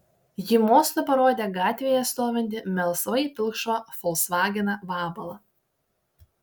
ji mostu parodė gatvėje stovintį melsvai pilkšvą folksvageną vabalą